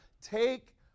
Take